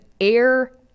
air